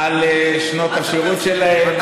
אלעזר שטרן (יש עתיד): על שנות השירות שלהם,